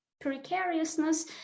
precariousness